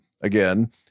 again